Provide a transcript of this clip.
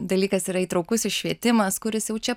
dalykas yra įtraukusis švietimas kuris jau čia